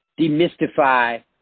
demystify